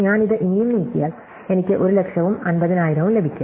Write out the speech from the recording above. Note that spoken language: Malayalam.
ഞാൻ ഇത് ഇനിയും നീക്കിയാൽ എനിക്ക് ഒരു ലക്ഷവും 50000 ലഭിക്കും